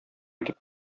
итеп